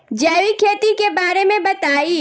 जैविक खेती के बारे में बताइ